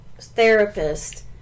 therapist